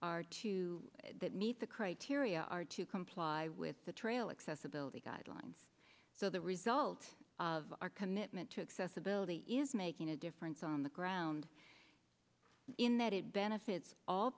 to meet the criteria are to comply with the trail accessibility guidelines so the result of our commitment to accessibility is making a difference on the ground in that it benefits all